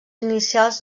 inicials